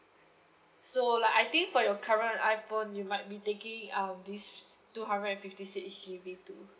so like I think for your current iphone you might be taking um this two hundred fifty six G_B too